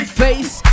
face